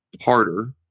harder